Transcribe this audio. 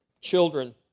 children